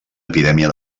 epidèmia